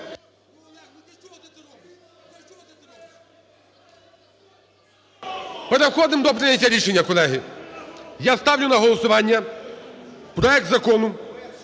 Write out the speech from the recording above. Переходимо до прийняття рішення, колеги. Я ставлю на голосування проект Закону